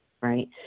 right